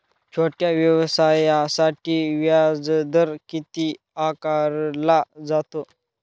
छोट्या व्यवसायासाठी व्याजदर किती आकारला जातो?